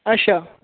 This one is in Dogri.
अच्छा